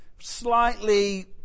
slightly